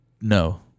No